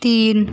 तीन